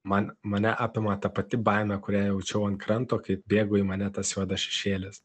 man mane apima ta pati baimė kurią jaučiau ant kranto kai bėgo į mane tas juodas šešėlis